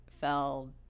fell